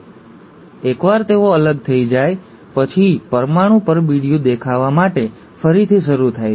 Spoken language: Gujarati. અને પછી એકવાર તેઓ અલગ થઈ જાય પછી પરમાણુ પરબીડિયું દેખાવા માટે ફરીથી શરૂ થાય છે